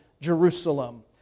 Jerusalem